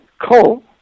Coal